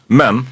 men